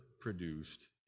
produced